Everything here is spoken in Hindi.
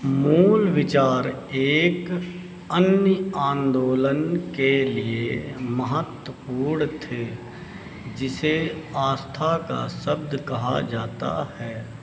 मूल विचार एक अन्य आंदोलन के लिए महत्वपूर्ण थे जिसे आस्था का शब्द कहा जाता है